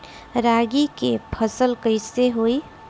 रागी के फसल कईसे होई?